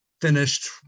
finished